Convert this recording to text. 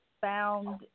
found